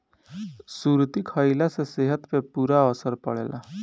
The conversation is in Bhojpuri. सुरती खईला से सेहत पे बुरा असर पड़ेला